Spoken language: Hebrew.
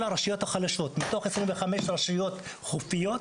הרשויות החלשות מתוך 25 רשויות חופיות,